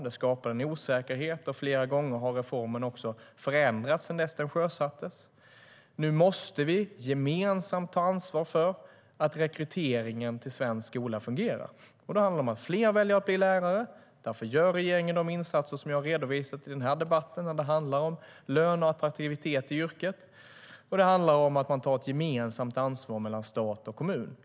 Det skapar en osäkerhet, och flera gånger har reformen också förändrats sedan den sjösattes. Nu måste vi gemensamt ta ansvar för att rekryteringen till svensk skola fungerar. Det handlar om att fler väljer att bli lärare. Därför gör regeringen de insatser som jag har redovisat i den här debatten, och det handlar om lön och attraktivitet i yrket och om att man tar ett gemensamt ansvar mellan stat och kommun.